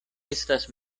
estas